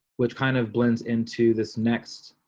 which kind of blends into this next